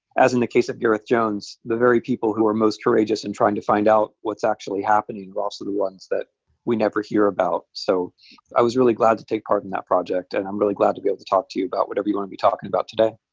as in the case of gareth jones, the very people who were most courageous in trying to find out what's actually happening were also the ones that we never hear about. so i was really glad to take part in that project and i'm really glad to be able to talk to you about whatever you want to be talking about today.